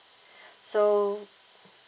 so